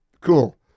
cool